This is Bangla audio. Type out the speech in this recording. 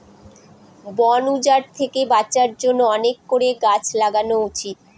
বন উজাড় থেকে বাঁচার জন্য অনেক করে গাছ লাগানো উচিত